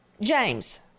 James